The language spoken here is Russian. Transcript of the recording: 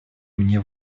мне